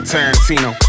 Tarantino